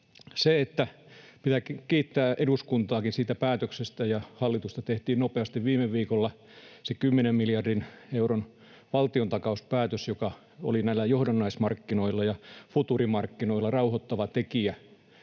Pitää kiittää eduskuntaakin ja hallitusta siitä päätöksestä, että tehtiin nopeasti viime viikolla se kymmenen miljardin euron valtiontakauspäätös, joka oli näillä johdannaismarkkinoilla ja futuurimarkkinoilla rauhoittava tekijä.